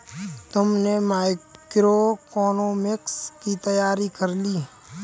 तुमने मैक्रोइकॉनॉमिक्स की तैयारी कर ली?